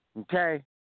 Okay